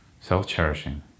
self-cherishing